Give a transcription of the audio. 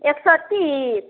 एक सौ तीस